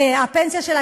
הפנסיה שלה,